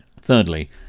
Thirdly